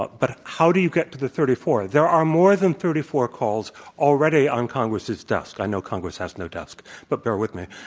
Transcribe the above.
but but how do you get to the thirty four? there are more than thirty four calls already on congress' desk. i know congress has no desk, but bear with me.